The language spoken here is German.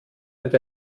mit